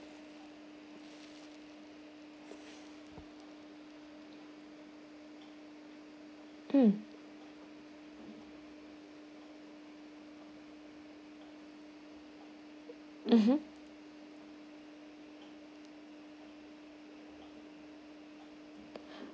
mm mmhmm